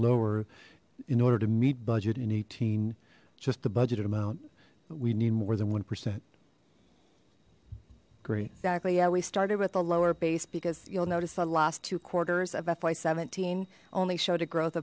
lower in order to meet budget in eighteen just the budgeted amount we need more than one percent great exactly yeah we started with the lower base because you'll notice the last two quarters of fy seventeen only showed a growth